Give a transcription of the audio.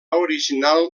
original